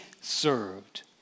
served